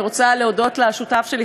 אני רוצה להודות לשותפים שלי,